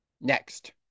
Next